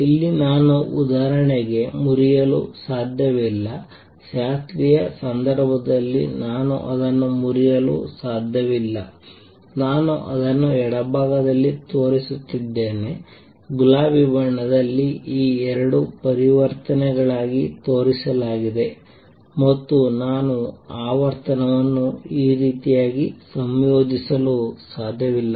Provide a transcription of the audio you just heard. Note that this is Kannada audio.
ಇಲ್ಲಿ ನಾನು ಉದಾಹರಣೆಗೆ ಮುರಿಯಲು ಸಾಧ್ಯವಿಲ್ಲ ಶಾಸ್ತ್ರೀಯ ಸಂದರ್ಭದಲ್ಲಿ ನಾನು ಅದನ್ನು ಮುರಿಯಲು ಸಾಧ್ಯವಿಲ್ಲ ನಾನು ಅದನ್ನು ಎಡಭಾಗದಲ್ಲಿ ತೋರಿಸುತ್ತಿದ್ದೇನೆ ಗುಲಾಬಿ ಬಣ್ಣದಲ್ಲಿ ಈ ಎರಡು ಪರಿವರ್ತನೆಗಳಾಗಿ ತೋರಿಸಲಾಗಿದೆ ಮತ್ತು ನಾನು ಆವರ್ತನವನ್ನು ಈ ರೀತಿಯಾಗಿ ಸಂಯೋಜಿಸಲು ಸಾಧ್ಯವಿಲ್ಲ